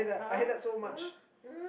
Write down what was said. !huh! !huh! !huh!